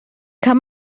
kann